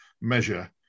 measure